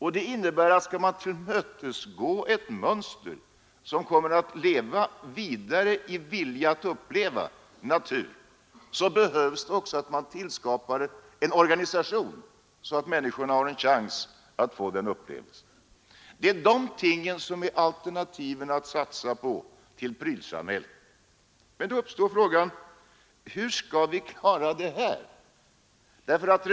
Om man skall tillmötesgå ett mönster, som kommer att leva vidare i vilja att uppleva naturen, behövs det också att man tillskapar en organisation så att människor har en chans att få denna upplevelse. Det är dessa ting som är de alternativ man skall satsa på i prylsamhället. Men då uppstår frågan: Hur skall vi klara av detta?